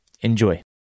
enjoy